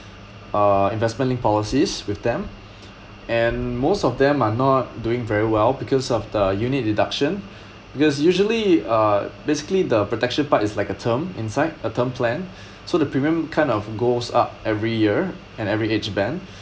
uh investment linked policies with them and most of them are not doing very well because of the unit deduction because usually uh basically the protection part is like a term inside a term plan so the premium kind of goes up every year and every age band